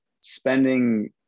spending